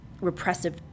repressive